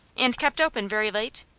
and kept open very late?